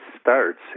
starts